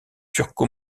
turco